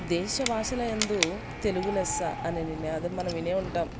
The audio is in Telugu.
దేశ భాషల యందు తెలుగు లెస్స అనే నినాదం మనం వినే ఉంటాం